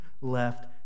left